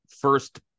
first